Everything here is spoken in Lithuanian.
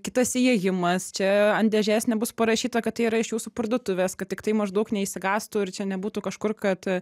kitas įėjimas čia ant dėžes nebus parašyta kad tai yra iš jūsų parduotuvės kad tik tai maždaug neišsigąstų ir čia nebūtų kažkur kad